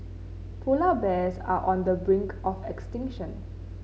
polar bears are on the brink of extinction